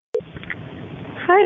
Hi